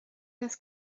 das